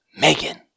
Megan